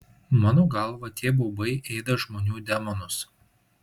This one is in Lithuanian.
mano galva tie baubai ėda žmonių demonus